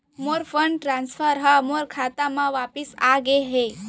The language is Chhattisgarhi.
मोर फंड ट्रांसफर हा मोर खाता मा वापिस आ गे हवे